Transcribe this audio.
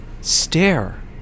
stare